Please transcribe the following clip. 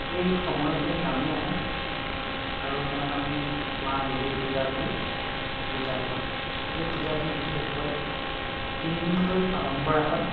এই সময়তে নামি আহে আৰু তেওঁক আমি মা দেৱী দুৰ্গা বুলি পূজা কৰোঁ এই পূজাটি বিশেষকৈ তিনদিনকৈ পালন কৰা হয়